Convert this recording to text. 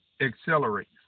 accelerates